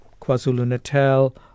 KwaZulu-Natal